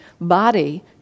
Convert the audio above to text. body